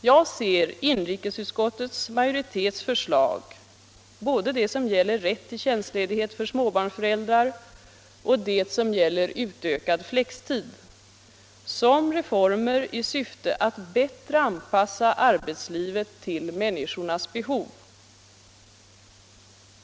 Jag ser inrikesutskottets majoritets förslag — både det som gäller rätt till tjänstledighet för småbarnsföräldrar och det som gäller utökad flextid —- som reformer i syfte att bättre anpassa arbetslivet till människornas behov.